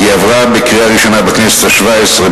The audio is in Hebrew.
היא עברה בקריאה ראשונה בכנסת השבע-עשרה,